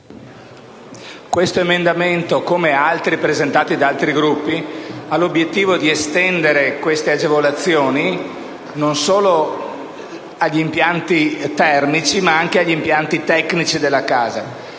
l’emendamento 6.205, come altri presentati da altri Gruppi, ha l’obiettivo di estendere le agevolazioni non solo agli impianti termici, ma anche agli impianti tecnici della casa.